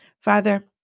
Father